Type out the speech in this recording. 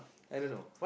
I don't know